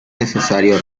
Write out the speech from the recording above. necesario